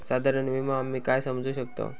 साधारण विमो आम्ही काय समजू शकतव?